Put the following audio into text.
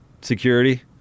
Security